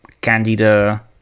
candida